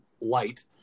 light